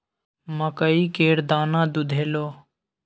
मकइ केर दाना दुधेलौ?